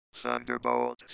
Thunderbolt